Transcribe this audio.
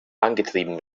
angetrieben